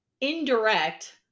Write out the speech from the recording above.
indirect